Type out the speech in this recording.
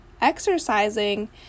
exercising